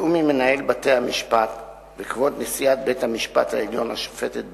בתיאום עם מנהל בתי-המשפט וכבוד נשיאת בית-המשפט העליון השופטת בייניש,